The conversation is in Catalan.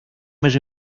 més